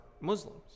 Muslims